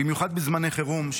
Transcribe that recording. במיוחד בזמני חירום,